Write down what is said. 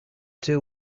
two